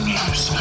News